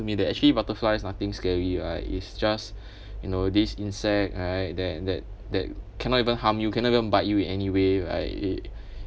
with me that actually butterflies nothing scary right is just you know this insect alright that that that cannot even harm you cannot even bite you in any way right